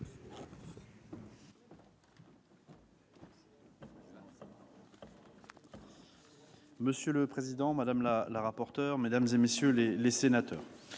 Monsieur le président, madame la rapporteure, mesdames, messieurs les sénateurs,